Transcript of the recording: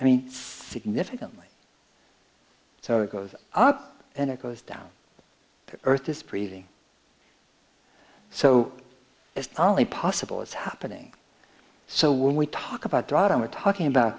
i mean significantly so it goes up and it goes down the earth is pretty so it's only possible it's happening so when we talk about drawdown we're talking about